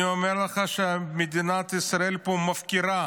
אני אומר לך, שמדינת ישראל פה מפקירה,